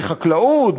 בחקלאות,